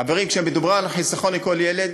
חברים, כשמדובר ב"חיסכון לכל ילד",